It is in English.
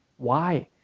why?